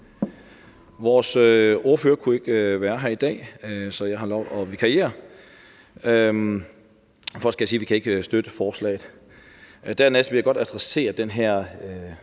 Vores ordfører kunne ikke være her i dag, så jeg har lovet at vikariere. Først skal jeg sige, at vi ikke kan støtte forslaget. Dernæst vil jeg godt adressere den her